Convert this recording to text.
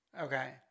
Okay